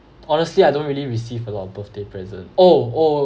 honestly I don't really receive a lot of birthday present oh oh